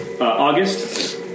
August